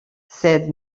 sed